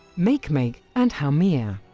makemake and haumea.